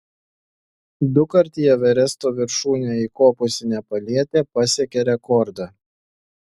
dukart į everesto viršūnę įkopusi nepalietė pasiekė rekordą